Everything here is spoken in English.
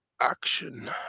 action